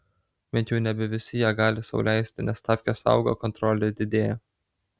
bent jau nebe visi ją gali sau leisti nes stavkės auga o kontrolė didėja